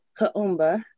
Kaumba